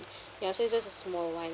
ya so it's just a small one